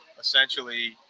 essentially